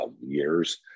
years